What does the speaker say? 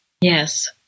Yes